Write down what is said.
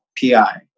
PI